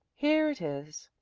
here it is.